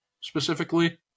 specifically